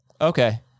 Okay